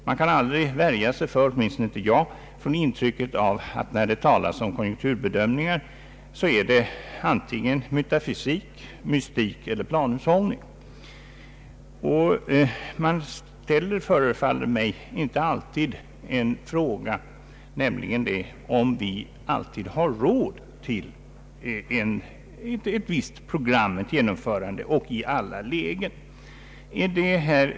Man kan aldrig värja sig — åtminstone inte jag — för intrycket att när det talas om konjunkturbedömningar, så är det antingen metafysik, mystik eller planhushållning. Man ställer, förefaller det mig, inte alltid frågan, om vi har råd till ett visst programs genomförande i alla lägen.